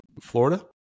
Florida